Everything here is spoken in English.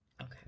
Okay